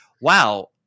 wow